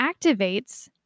activates